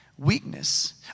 Weakness